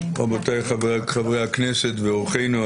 רבותיי חברי הכנסת ואורחינו,